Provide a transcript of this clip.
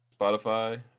Spotify